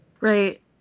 Right